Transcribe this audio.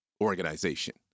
organization